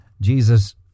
Jesus